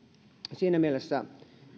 siinä mielessä